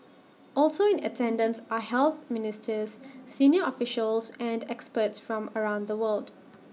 also in attendance are health ministers senior officials and experts from around the world